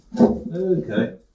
Okay